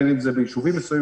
בין אם זה בישובים מסוימים.